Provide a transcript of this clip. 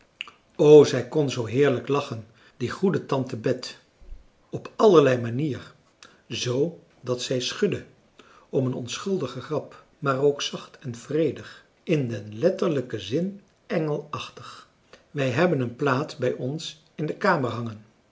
zij kon zoo heerlijk lachen die goeie tante bet op allerlei manier z dat zij schudde om een onschuldige grap maar ook zacht en vredig in den letterlijken zin engelachtig wij hebben een plaat bij ons in de kamer hangen